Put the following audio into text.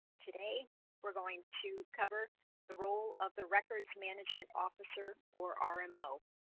today we're going to cover the role of the records management officer or our and mo